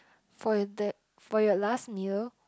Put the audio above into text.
for your dad for your last meal